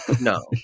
no